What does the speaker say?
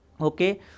Okay